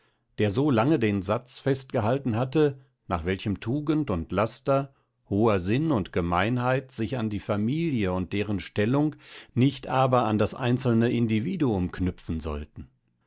der so lange den satz festgehalten hatte nach welchem tugend und laster hoher sinn und gemeinheit sich an die familie und deren stellung nicht aber an das einzelne individuum knüpfen sollten